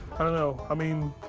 i don't know, i mean,